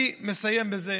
אני מסיים בזה,